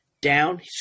down